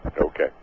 Okay